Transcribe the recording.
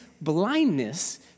blindness